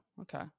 okay